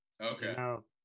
Okay